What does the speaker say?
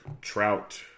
Trout